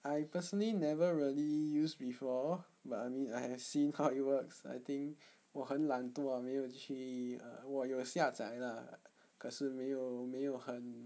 I personally never really used before but I mean I have seen how it works I think 我很懒惰没有去 err 我有下载 lah 可是没有没有很